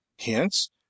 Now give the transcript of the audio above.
hence